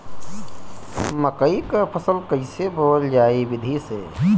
मकई क फसल कईसे बोवल जाई विधि से?